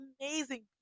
amazing